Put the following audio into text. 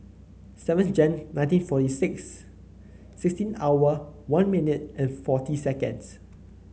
seven Jan nineteen forty six sixteen hour one minute and forty seconds